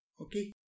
Okay